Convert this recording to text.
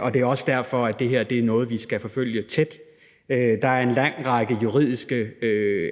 og det er også derfor, at det her er noget, vi skal forfølge tæt. Der er en lang række juridiske